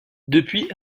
depuis